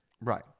right